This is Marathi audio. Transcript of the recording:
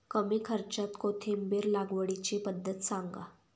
कमी खर्च्यात कोथिंबिर लागवडीची पद्धत सांगा